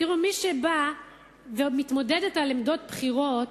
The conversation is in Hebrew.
תראו, מי שבאה ומתמודדת על משרות בכירות,